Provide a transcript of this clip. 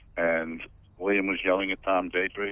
and william was yelling at tom datre,